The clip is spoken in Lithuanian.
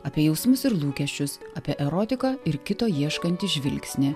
apie jausmus ir lūkesčius apie erotiką ir kito ieškantį žvilgsnį